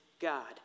God